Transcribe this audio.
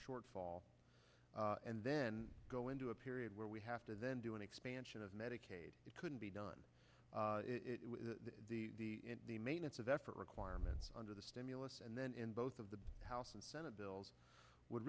shortfall and then go into a period where we have to then do an expansion of medicaid it couldn't be done it was the maintenance of effort requirement under the stimulus and then in both of the house and senate bills would